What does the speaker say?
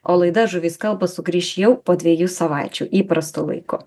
o laida žuvys kalba sugrįš jau po dviejų savaičių įprastu laiku